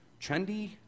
trendy